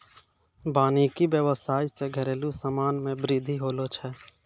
वानिकी व्याबसाय से घरेलु समान मे बृद्धि होलो छै